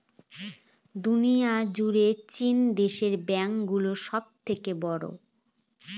দুনিয়া জুড়ে চীন দেশের ব্যাঙ্ক গুলো সব থেকে বড়ো